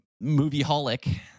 movie-holic